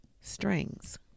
Strings